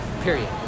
period